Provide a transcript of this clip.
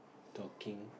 talking